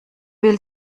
will